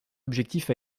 objectif